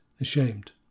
ashamed